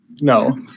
No